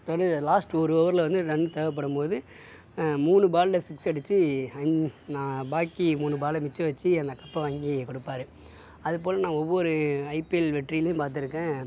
last ஒரு ஓவரில் வந்து ரன் தேவைப்படும்போது மூணு பாலில் சிக்ஸ் அடிச்சு பாக்கி மூணு பாலை மிச்சம் வச்சு அந்த கப்பை வாங்கி கொடுப்பாரு அதுபோலே நான் ஒவ்வொரு ஐபிஎல் வெற்றிலையும் பார்த்துருக்கேன்